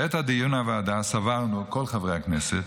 בעת הדיון בוועדה סברנו כל חברי הכנסת